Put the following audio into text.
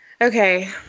Okay